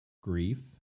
Grief